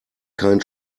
kein